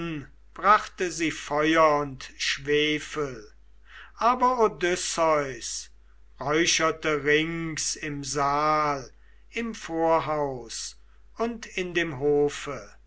brachte sie feuer und schwefel aber odysseus räucherte rings im saal im vorhaus und in dem hofe